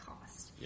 cost